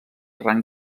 rang